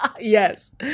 Yes